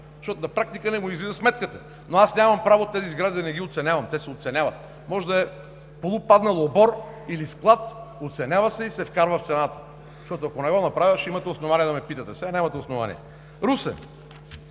защото на практика не му излиза сметката. Аз обаче нямам право да не оценявам тези сгради, те се оценяват. Може да е полупаднал обор или склад, оценява се и се вкарва в цената. Защото ако не го направя, ще имате основание да ме питате. Сега нямате основание! Русе.